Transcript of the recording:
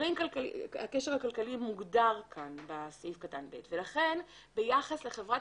הקשר הכלכלי מוגדר כאן בסעיף קטן (ב) ולכן ביחס לחברת